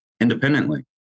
independently